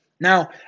Now